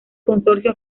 consorcio